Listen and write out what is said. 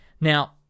Now